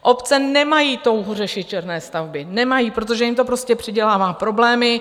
Obce nemají touhu řešit černé stavby, nemají, protože jim to prostě přidělává problémy.